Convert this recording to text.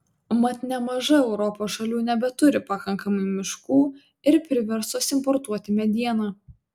mat nemaža europos šalių nebeturi pakankamai miškų ir priverstos importuoti medieną